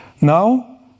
Now